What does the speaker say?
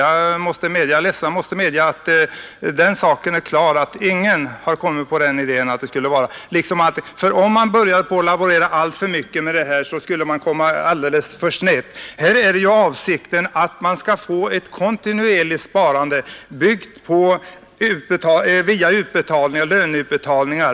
Jag är ledsen, men jag måste säga att ingen har kommit på den idén. Om man började laborera alltför mycket med detta, skulle man komma alldeles för snett. Här är ju avsikten att få ett kontinuerligt sparande, byggt på löneutbetalningar.